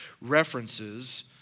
references